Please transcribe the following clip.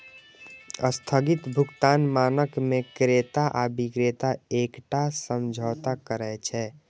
स्थगित भुगतान मानक मे क्रेता आ बिक्रेता एकटा समझौता करै छै